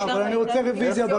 אני מבקש רביזיה.